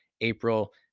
April